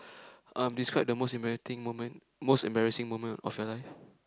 um describe the most immunating moment most embarrassing moment of your life